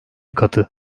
katı